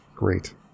Great